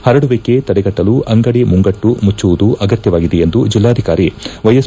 ಪರಡುವಿಕೆ ತಡೆಗಟ್ಟಲು ಅಂಗಡಿ ಮುಂಗಟ್ಟು ಮುಚ್ಚುವುದು ಅಗತ್ಯವಾಗಿದೆ ಎಂದು ಜಿಲ್ಲಾಧಿಕಾರಿ ವೈಎಸ್